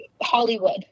Hollywood